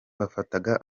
bafataga